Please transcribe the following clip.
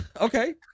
Okay